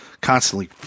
constantly